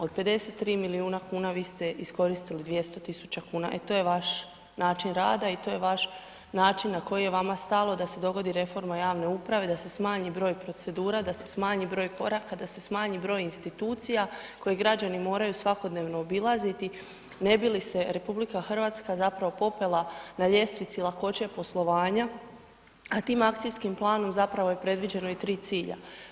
Od 53 milijuna kuna, vi ste iskoristili 200 tisuća kuna, e to je vaš način rada i to je vaš način na koji je vama stalo da se dogodi reforma javne uprave, da se smanji broj procedura, da se smanji broj koraka, da se smanji broj institucija koje građani moraju svakodnevno obilaziti, ne bi li se RH zapravo popela na ljestvici lakoće poslovanja, a tim akcijskim planom zapravo je previđeno i 3 cilja.